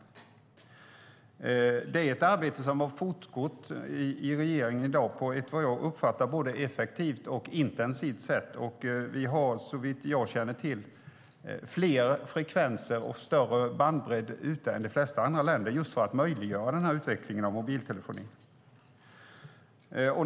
Det är ett arbete som har fortgått i regeringen på ett, som jag uppfattar det, både effektivt och intensivt sätt. Vi har, såvitt jag känner till, fler frekvenser och större bandbredd ute än de flesta andra länder har just för att möjliggöra denna utveckling av mobiltelefonin.